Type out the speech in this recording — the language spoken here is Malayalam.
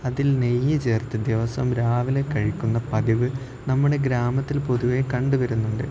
അതിൽ നെയ്യ് ചേർത്ത് ദിവസവും രാവിലെ കഴിക്കുന്ന പതിവ് നമ്മുടെ ഗ്രാമത്തിൽ പൊതുവേ കണ്ടുവരുന്നുണ്ട്